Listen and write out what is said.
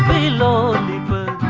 law epa